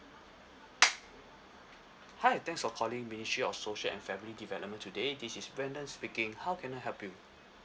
hi thanks for calling ministry of social and family development today this is brendon speaking how can I help you